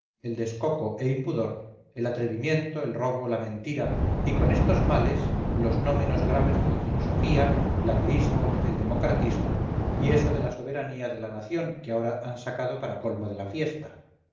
el descoco e impudor el atrevimiento el robo la mentira y con estos males los no menos graves de la filosofía el ateísmo el democratismo y eso de la soberanía de la nación que ahora han sacado para colmo de la fiesta